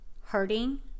hurting